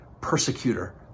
persecutor